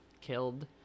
killed